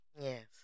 yes